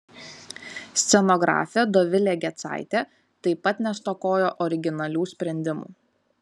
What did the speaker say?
scenografė dovilė gecaitė taip pat nestokojo originalių sprendimų